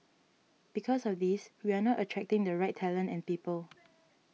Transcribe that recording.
because of this we are not attracting the right talent and people